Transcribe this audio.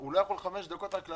אני לא אחכה עד 14:00, עם כל הכבוד.